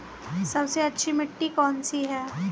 सबसे अच्छी मिट्टी कौन सी है?